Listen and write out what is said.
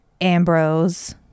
Ambrose